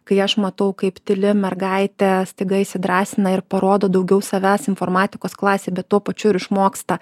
kai aš matau kaip tyli mergaitė staiga įsidrąsina ir parodo daugiau savęs informatikos klasę bet tuo pačiu ir išmoksta